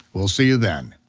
we'll see you then.